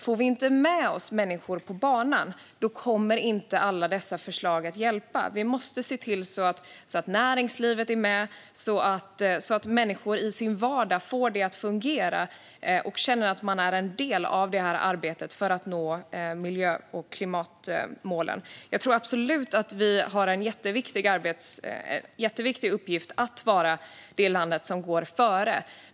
Får vi inte med oss människorna på banan kommer inte alla dessa förslag att hjälpa. Vi måste se till att näringslivet är med och så att människor i sin vardag får det att fungera och känner att de är en del av arbetet för att nå miljö och klimatmålen. Jag tror absolut att vi har en jätteviktig uppgift att vara det land som går före.